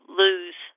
lose